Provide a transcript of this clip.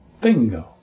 bingo